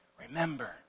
Remember